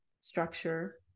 structure